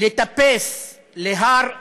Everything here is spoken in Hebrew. לטפס על הר האוורסט,